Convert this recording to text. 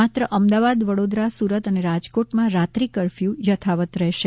માત્ર અમદાવાદ વડોદરા સુરત અને રાજકોટમાં રાત્રિ કર્ફથુ યથાવત રહેશે